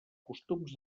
costums